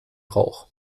rauch